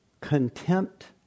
contempt